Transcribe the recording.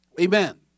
Amen